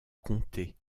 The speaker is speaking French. comté